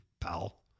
pal